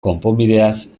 konponbideaz